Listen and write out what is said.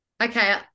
okay